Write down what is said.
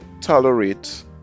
tolerate